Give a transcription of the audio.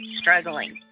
struggling